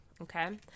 okay